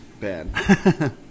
bad